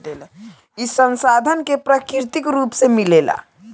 ई संसाधन के प्राकृतिक रुप से मिलेला